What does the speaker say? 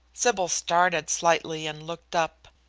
sybil started slightly and looked up.